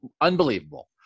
unbelievable